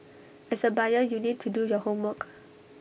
as A buyer you need to do your homework